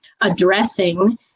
addressing